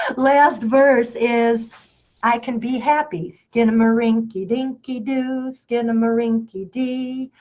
last verse is i can be happy. skinnamarink-a-dinky-doo. skinnamarinky-dee.